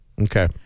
Okay